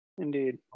Indeed